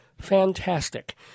Fantastic